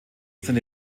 seine